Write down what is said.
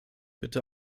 bitte